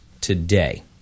today